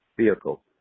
vehicle